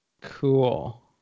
Cool